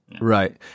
right